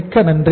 மிக்க நன்றி